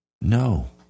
No